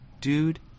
Dude